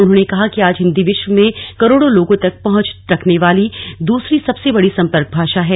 उन्होंने कहा कि आज हिन्दी विश्व में करोड़ों लोगों तक पहुंच रखने वाली दूसरी सबसे बड़ी सम्पर्क भाषा है